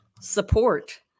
Support